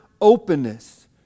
openness